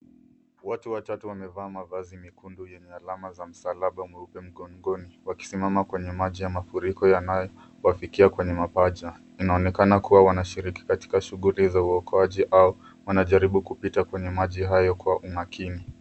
Watu watatu wamevaa mavazi mekundu yenye alama za msalaba mweupe mgongoni wakisimama kwenye maji ya mafuriko yanayowafikia kwenye mapaja. Inaonekana kuwa wanashiriki katika shughuli za uokoaji au wanajaribu kupita kwenye maji hayo kwa umakini.